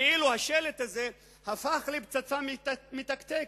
כאילו השלט הזה הפך לפצצה מתקתקת.